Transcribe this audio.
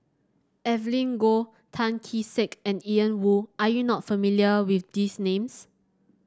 Evelyn Goh Tan Kee Sek and Ian Woo are you not familiar with these names